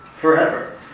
forever